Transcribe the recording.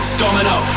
domino